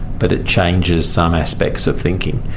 but it changes some aspects of thinking.